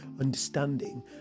understanding